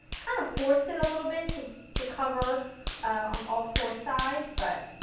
kind of force it a little bit, to to cover on all four sides, but,